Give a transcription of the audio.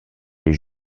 les